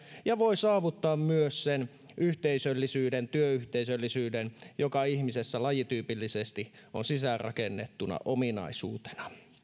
ja voi saavuttaa myös sen yhteisöllisyyden työyhteisöllisyyden joka ihmisessä lajityypillisesti on sisäänrakennettuna ominaisuutena